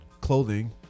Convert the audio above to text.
clothing